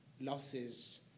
losses